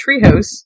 treehouse